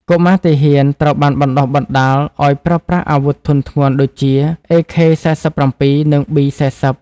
កុមារទាហានត្រូវបានបណ្ដុះបណ្ដាលឱ្យប្រើប្រាស់អាវុធធុនធ្ងន់ដូចជា AK-47 និង B-40។